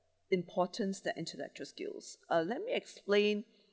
importance than intellectual skills uh let me explain